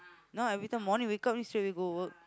now everytime morning wake up straight away go work